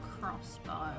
crossbow